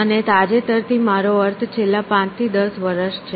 અને તાજેતર થી મારો અર્થ છેલ્લા પાંચ થી દસ વર્ષ છે